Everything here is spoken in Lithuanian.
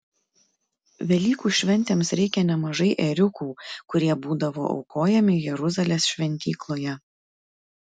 velykų šventėms reikia nemažai ėriukų kurie būdavo aukojami jeruzalės šventykloje